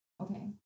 Okay